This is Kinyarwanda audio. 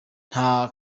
nta